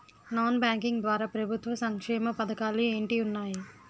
Non banking ద్వారా ప్రభుత్వ సంక్షేమ పథకాలు ఏంటి ఉన్నాయి?